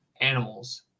animals